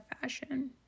Fashion